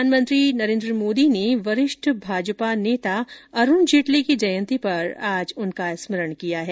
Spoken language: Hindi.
प्रधानमंत्री नरेन्द्र मोदी ने वरिष्ठ भाजपा नेता अरूण जेटली की जयंती पर आज उनका स्मरण किया है